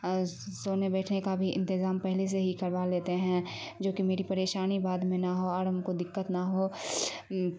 اور سونے بیٹھنے کا بھی انتظام پہلے سے ہی کروا لیتے ہیں جوکہ میری پریشانی بعد میں نہ ہو اور ہم کو دقت نہ ہو